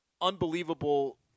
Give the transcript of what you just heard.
unbelievable